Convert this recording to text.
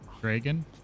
dragon